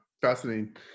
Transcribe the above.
fascinating